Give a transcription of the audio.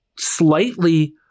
slightly